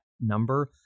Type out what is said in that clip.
number